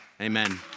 Amen